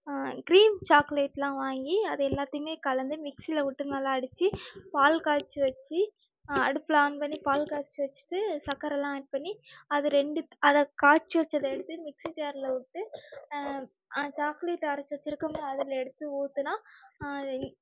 cream சாக்லேடெலாம் வாங்கி அது எல்லாத்தையுமே கலந்து மிக்ஸியில் விட்டு நல்லா அடிச்சு பால் காய்ச்சி வச்சு அடுப்பில் ஆன் பண்ணி பால் காய்ச்சி வச்சுட்டு சர்க்கரெல்லாம் ஆட் பண்ணி அது ரெண்டுத் அது காய்ச்சு வச்சதை எடுத்து மிக்ஸி ஜாரில் விட்டு அந்த சாக்லேட் அரைச்சு வச்சிருக்கோம்ல அதில் எடுத்து ஊற்றினா